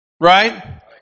right